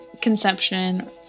conception